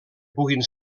puguin